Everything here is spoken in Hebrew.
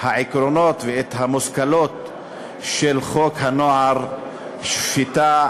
העקרונות ואת המושכלות של חוק הנוער (שפיטה,